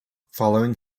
following